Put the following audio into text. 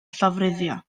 llofruddio